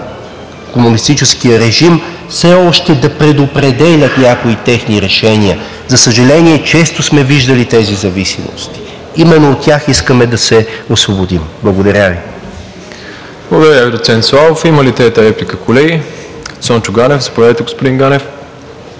комунистическия режим, все още да предопределя някои техни решения? За съжаление, често сме виждали тези зависимости. Именно от тях искаме да се освободим. Благодаря Ви. ПРЕДСЕДАТЕЛ МИРОСЛАВ ИВАНОВ: Благодаря Ви, господин Славов. Има ли трета реплика, колеги? Цончо Ганев. Заповядайте, господин Ганев.